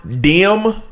dim